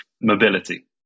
mobility